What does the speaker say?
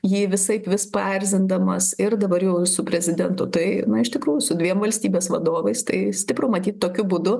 jį visaip vis paerzindamas ir dabar jau su prezidentu tai na iš tikrųjų su dviem valstybės vadovais tai stipru matyt tokiu būdu